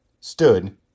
stood